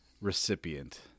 recipient